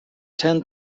ten